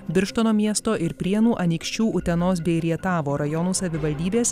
birštono miesto ir prienų anykščių utenos bei rietavo rajonų savivaldybės